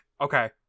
Okay